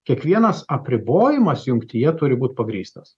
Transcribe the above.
kiekvienas apribojimas jungtyje turi būt pagrįstas